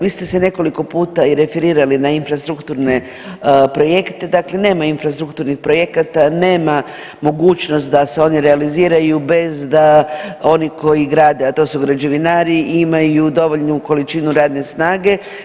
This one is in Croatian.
Vi ste se nekoliko puta i referirali na infrastrukturne projekte, dakle nema infrastrukturnih projekata, nema mogućnost da se oni realiziraju bez da oni koji grade, a to su građevinari imaju dovoljnu količinu radne snage.